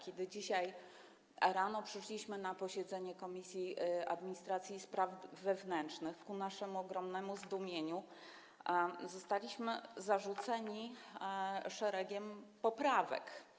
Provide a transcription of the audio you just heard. Kiedy dzisiaj rano przyszliśmy na posiedzenie Komisji Administracji i Spraw Wewnętrznych, ku naszemu ogromnemu zdumieniu zostaliśmy zarzuceni szeregiem poprawek.